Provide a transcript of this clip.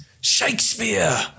Shakespeare